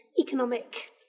economic